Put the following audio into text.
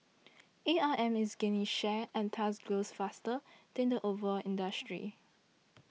A R M is gaining share and thus grows faster than the overall industry